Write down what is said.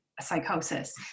psychosis